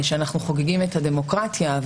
שאנחנו חוגגים את הדמוקרטיה,